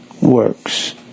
works